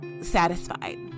satisfied